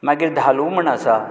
मागीर धालू म्हूण आसा